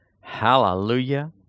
Hallelujah